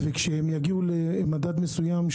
וכשהם יגיעו למדד מסוים,